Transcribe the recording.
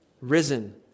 risen